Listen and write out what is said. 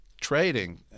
Trading